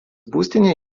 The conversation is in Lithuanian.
būstinė